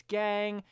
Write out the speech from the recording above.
gang